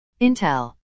Intel